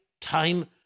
time